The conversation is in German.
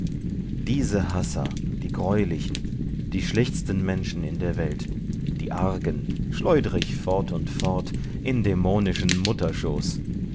diese hasser die greulichen die schlechtsten menschen in der welt die argen schleudr ich fort und fort in dämonischen mutterschoß